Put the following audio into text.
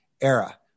era